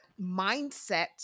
mindset